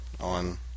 on